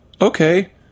Okay